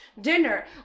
dinner